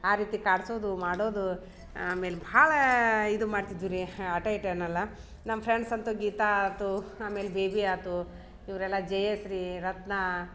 ಆ ರೀತಿ ಕಾಡ್ಸೋದು ಮಾಡೋದು ಆಮೇಲೆ ಭಾಳ ಇದು ಮಾಡ್ತಿದ್ವುರೀ ಆಟ ಈಟ ಏನು ಅಲ್ಲ ನಮ್ಮ ಫ್ರೆಂಡ್ಸ್ ಅಂತೂ ಗೀತಾ ಆತು ಆಮೇಲೆ ಬೇಬಿ ಆತು ಇವರೆಲ್ಲ ಜಯಶ್ರೀ ರತ್ನ